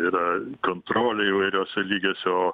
yra kontrolė įvairiuose lygiuose o